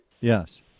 Yes